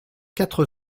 quatre